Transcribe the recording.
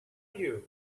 you